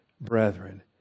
brethren